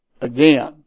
again